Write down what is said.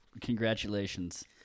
Congratulations